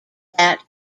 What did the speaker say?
that